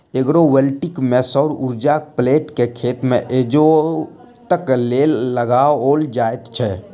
agrovoltaic मे सौर उर्जाक प्लेट के खेत मे इजोतक लेल लगाओल जाइत छै